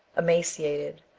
emaciated,